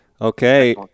Okay